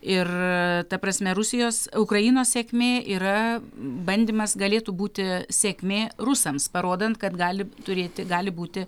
ir ta prasme rusijos ukrainos sėkmė yra bandymas galėtų būti sėkmė rusams parodant kad gali turėti gali būti